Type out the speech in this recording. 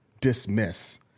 dismiss